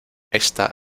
ésta